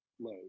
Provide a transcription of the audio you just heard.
load